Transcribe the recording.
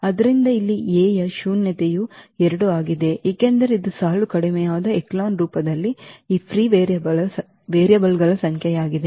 ಆದ್ದರಿಂದ ಇಲ್ಲಿ A ಯ ಶೂನ್ಯತೆಯು 2 ಆಗಿದೆ ಏಕೆಂದರೆ ಇದು ಸಾಲು ಕಡಿಮೆಯಾದ ಎಚೆಲಾನ್ ರೂಪದಲ್ಲಿ ಈ ಫ್ರೀ ವೇರಿಯಬಲ್ಗಳ ಸಂಖ್ಯೆಯಾಗಿದೆ